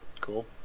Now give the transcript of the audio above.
Cool